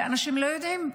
ואנשים לא יודעים,